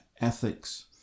ethics